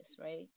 right